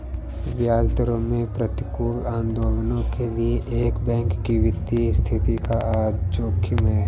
ब्याज दरों में प्रतिकूल आंदोलनों के लिए एक बैंक की वित्तीय स्थिति का जोखिम है